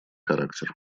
характер